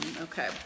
okay